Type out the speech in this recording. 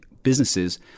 businesses